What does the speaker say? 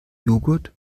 joghurt